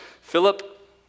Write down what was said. Philip